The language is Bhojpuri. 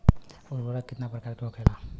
उर्वरक कितना प्रकार के होखेला?